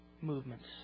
movements